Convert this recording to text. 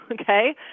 okay